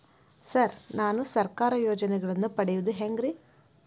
Sir ನಾನು ಸರ್ಕಾರ ಯೋಜೆನೆಗಳನ್ನು ಪಡೆಯುವುದು ಹೆಂಗ್ರಿ?